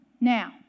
Now